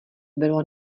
bylo